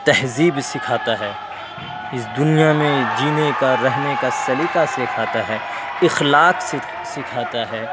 تہذیب سکھاتا ہے اس دنیا میں جینے کا رہنے کا سلیقہ سکھاتا ہے اخلاق سکھاتا ہے